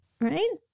right